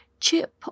Chip